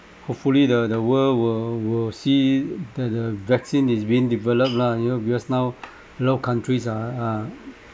hopefully the the world will will see that the vaccine is being developed lah you know because now a lot of countries ah are